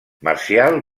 marcial